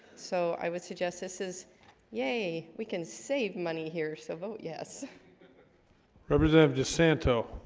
so i would suggest this is yay. we can save money here so vote yes representative just santo.